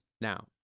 now